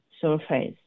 surface